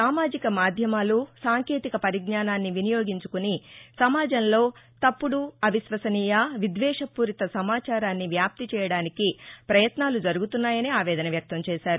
సామాజిక మాధ్యమాలు సాంకేతిక పరిజ్ఞానాన్ని వినియోగించుకుని సమాజంలో తప్పుడు అవిశ్వసనీయ విద్వేషపూరిత సమాచారాన్ని వ్యాప్తి చేయడానికి పయత్నాలు జరుగుతున్నాయని ఆవేదన వ్యక్తం చేశారు